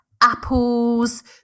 apples